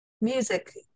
music